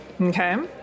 Okay